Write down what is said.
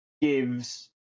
gives